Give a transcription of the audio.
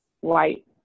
White